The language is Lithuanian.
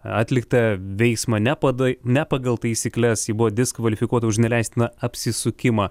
atliktą veiksmą nepadai ne pagal taisykles ji buvo diskvalifikuota už neleistiną apsisukimą